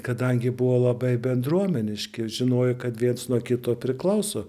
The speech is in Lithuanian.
kadangi buvo labai bendruomeniški žinojo kad viens nuo kito priklauso